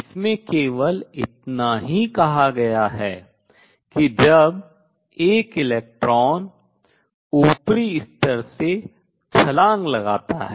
इसमें केवल इतना ही कहा गया है कि जब एक इलेक्ट्रॉन ऊपरी स्तर से छलांग लगाता है